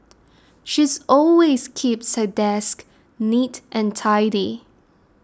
she's always keeps her desk neat and tidy